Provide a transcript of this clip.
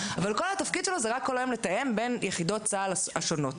אבל כל התפקיד שלו זה רק כל היום לתאם בין יחידות צה"ל השונות.